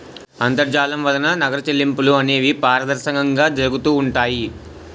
అంతర్జాలం వలన నగర చెల్లింపులు అనేవి పారదర్శకంగా జరుగుతూ ఉంటాయి